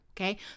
okay